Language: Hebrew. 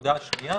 הנקודה השנייה